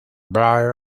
blair